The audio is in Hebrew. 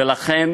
ולכן